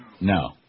No